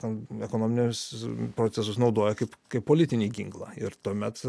ten ekonominius procesus naudoja kaip kaip politinį ginklą ir tuomet